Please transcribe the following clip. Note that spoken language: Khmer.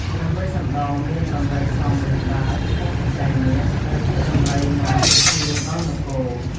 ព្រះវេស្សន្តរមានដំរីសមួយក្បាលឈ្មោះ បច្ច័យនាគ ដែលជាដំរីនាំទឹកភ្លៀងដល់នគរ។